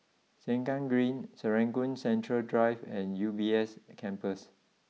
Sengkang Green Serangoon Central Drive and U B S Campus